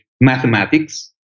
mathematics